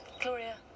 Gloria